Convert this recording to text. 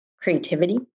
creativity